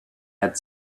had